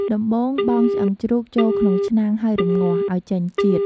ដំបូងបង់ឆ្អឹងជ្រូកចូលក្នុងឆ្នាំងហើយរំងាស់ ឱ្យចេញជាតិ។